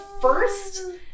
first